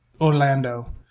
Orlando